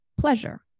pleasure